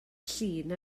llun